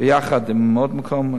ביחד עם עוד מקום,